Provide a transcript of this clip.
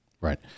Right